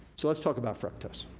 so let's talk about fructose.